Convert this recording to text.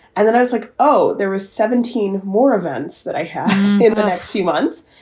and then i was like, oh, there was seventeen more events that i had in the next few months.